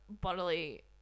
bodily